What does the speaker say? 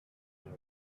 and